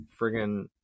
friggin